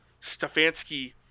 Stefanski